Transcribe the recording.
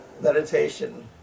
meditation